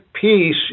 peace